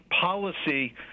Policy